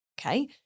Okay